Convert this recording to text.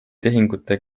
tehingute